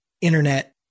internet